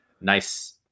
nice